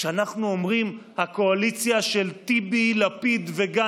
כשאנחנו אומרים, הקואליציה של לפיד, טיבי וגנץ,